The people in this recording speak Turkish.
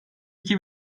iki